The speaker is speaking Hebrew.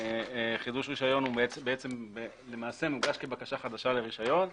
חידוש רישיון למעשה מוגש כבקשה חדשה לרישיון.